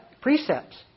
precepts